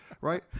right